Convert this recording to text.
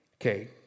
Okay